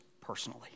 personally